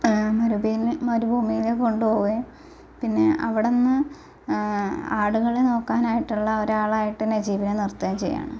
മര്ബീന്ന് മര്ഭൂമീന്ന് കൊണ്ടോകെയും പിന്നെ അവിടുന്നു ആടുകളെ നോക്കാനായിട്ടുള്ള ഒരാളായിട്ട് നജീബിനെ നിര്ത്തുക ചെയ്യാണ്